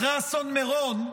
אחרי אסון מירון,